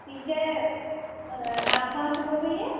ठीक है आप कहना से बोल रही है